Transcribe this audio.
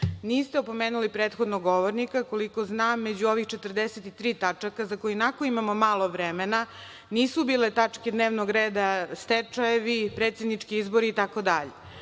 Niste opomenuli prethodnog govornika. Koliko znam, među ove 43. tačke dnevnog reda, za koje ionako imamo malo vremena, nisu bile tačke dnevnog reda stečajevi, predsednički izbori itd. Ako